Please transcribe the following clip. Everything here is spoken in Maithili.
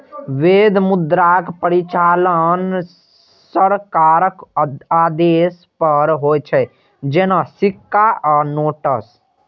वैध मुद्राक परिचालन सरकारक आदेश पर होइ छै, जेना सिक्का आ नोट्स